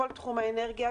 כל תחום האנרגיה,